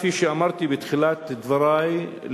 כפי שאמרתי בתחילת דברי,